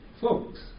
Folks